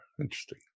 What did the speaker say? Interesting